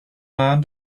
man